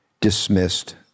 dismissed